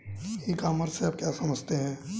ई commerce से आप क्या समझते हैं?